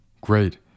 Great